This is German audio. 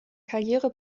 karriere